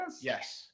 Yes